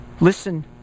listen